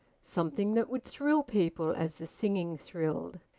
something that would thrill people as the singing thrilled.